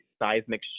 seismic